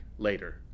later